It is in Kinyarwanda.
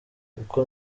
kuko